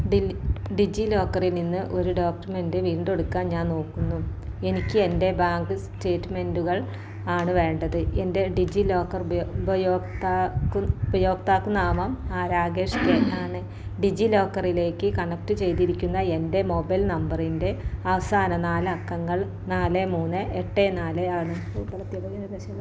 ഡിജി ഡിജി ലോക്കറിൽ നിന്ന് ഒരു ഡോക്യുമെന്റ് വീണ്ടെടുക്കാൻ ഞാൻ നോക്കുന്നു എനിക്ക് എന്റെ ബാങ്ക് സ്റ്റേറ്റ്മന്റുകൾ ആണ് വേണ്ടത് എന്റെ ഡിജി ലോക്കർ ഉപ ഉപയോക്താകു ഉപയോക്താകു നാമം രാകേഷ് കെയാണ് ഡിജി ലോക്കറിലേക്ക് കണക്ട് ചെയ്തിരിക്കുന്ന എന്റെ മൊബൈൽ നമ്പറിന്റെ അവസാന നാല് അക്കങ്ങൾ നാല് മൂന്ന് എട്ട് നാല് ആണ്